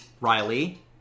Riley